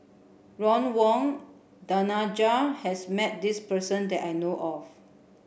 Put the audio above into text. Ron Wong Danaraj has met this person that I know of